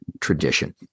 tradition